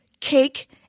Cake